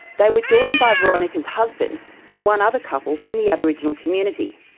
they were joined by veronica's husband and one other couple from the aboriginal community.